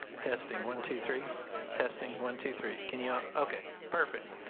testing one two three testing one two three kenya okay perfec.